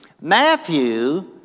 Matthew